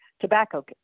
tobacco